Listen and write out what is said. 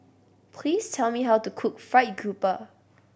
please tell me how to cook fried grouper